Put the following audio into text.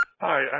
Hi